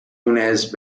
ynez